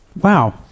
Wow